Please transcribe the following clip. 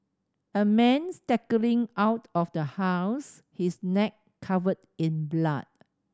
a man staggering out of the house his neck covered in blood